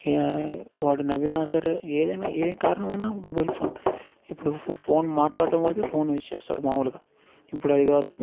వాడు నవ్వి నా సరే ఏదైనా ఏ కారణమైన మొబైల్ ఫోన్ ఇప్పుడు ఫోన్ మాట్లాడటం వరకు ఫోన్ యూస్ చేస్తారు మాములుగా ఇప్పుడు అది కాదు